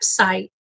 website